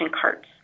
carts